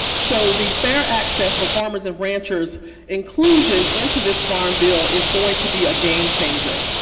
so the fair access for farmers and ranchers inclusion into this farm bill is going to be a game changer.